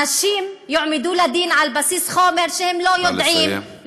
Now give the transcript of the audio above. אנשים יועמדו לדין על בסיס חומר שהם לא יודעים,